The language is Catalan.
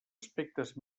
aspectes